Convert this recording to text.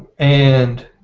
and